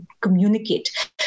communicate